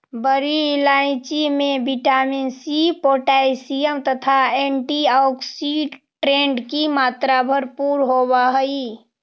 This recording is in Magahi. बड़ी इलायची में विटामिन सी पोटैशियम तथा एंटीऑक्सीडेंट की मात्रा भरपूर होवअ हई